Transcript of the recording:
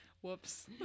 Whoops